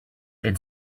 then